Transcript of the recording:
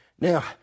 Now